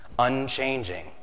Unchanging